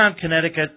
Connecticut